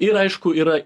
ir aišku yra